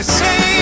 say